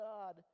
God